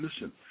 listen